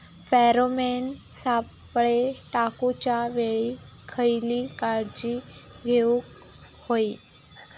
Pheromone सापळे टाकूच्या वेळी खयली काळजी घेवूक व्हयी?